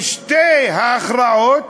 ושתי ההכרעות